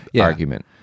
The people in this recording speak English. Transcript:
argument